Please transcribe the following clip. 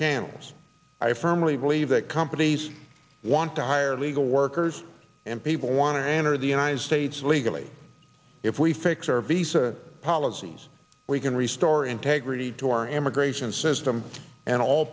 channels i firmly believe that companies want to hire illegal workers and people want to enter the united states illegally if we fix our visa policies we can restore integrity to our immigration system and all